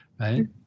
Right